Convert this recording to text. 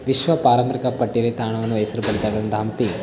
ವಿಶ್ವ ಪಾರಂಪರಿಕ ಪಟ್ಟಿಯಲ್ಲಿ ತಾಣವನ್ನು ವಹಿಸಿರ್ತಕ್ಕಂಥ ಹಂಪಿ